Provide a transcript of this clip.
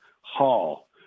Hall